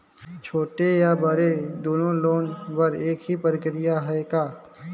छोटे या बड़े दुनो लोन बर एक ही प्रक्रिया है का?